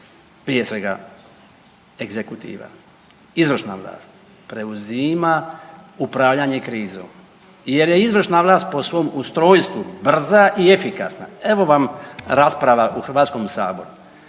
prije svega egzekutira izvršna vlast, preuzima upravljanje krizom jer je izvršna vlast po svom ustrojstvu brza i efikasna. Evo vam rasprava u HS-u dok bi